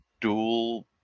dual